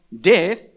death